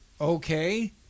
okay